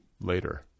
later